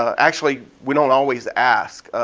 actually we don't always ask.